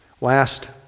Last